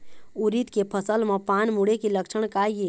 उरीद के फसल म पान मुड़े के लक्षण का ये?